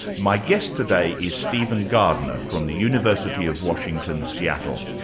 my guest today is stephen gardiner from the university of washington, seattle.